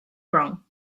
wrong